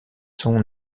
sont